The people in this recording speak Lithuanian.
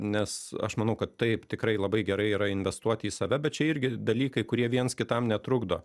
nes aš manau kad taip tikrai labai gerai yra investuoti į save bet čia irgi dalykai kurie viens kitam netrukdo